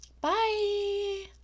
Bye